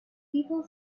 people